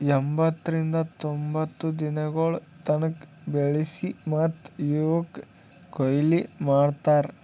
ಎಂಬತ್ತರಿಂದ ತೊಂಬತ್ತು ದಿನಗೊಳ್ ತನ ಬೆಳಸಿ ಮತ್ತ ಇವುಕ್ ಕೊಯ್ಲಿ ಮಾಡ್ತಾರ್